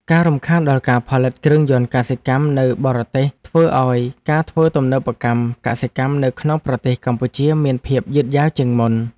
ការរំខានដល់ការផលិតគ្រឿងយន្តកសិកម្មនៅបរទេសធ្វើឱ្យការធ្វើទំនើបកម្មកសិកម្មនៅក្នុងប្រទេសកម្ពុជាមានភាពយឺតយ៉ាវជាងមុន។